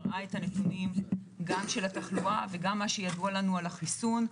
מראה את הנתונים של התחלואה וגם מה שידוע לנו על החיסון.